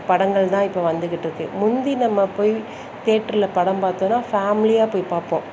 படங்கள் தான் இப்ப வந்துக்கிட்டிருக்கு முந்தி நம்ம போய் தேட்டரில் படம் பார்த்தோம்னா ஃபேம்லியாக போய் பார்ப்போம்